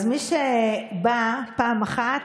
אז מי שבא פעם אחת,